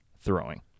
throwing